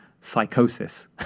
psychosis